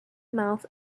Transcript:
mouth